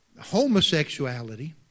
homosexuality